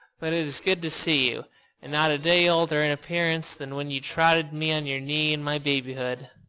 but it is good to see you and not a day older in appearance than when you trotted me on your knee in my babyhood.